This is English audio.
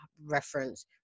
reference